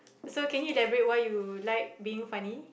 so can you elaborate why you like being funny